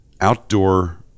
outdoor